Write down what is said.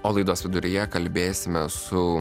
o laidos viduryje kalbėsime su